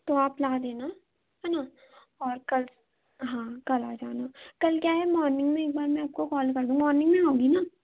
तो आप ला देना है न और कल हाँ कल आ जाना कल क्या है मॉर्निंग में आपको मैं कॉल कर दूँगी मॉर्निंग में आओगी न